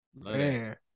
Man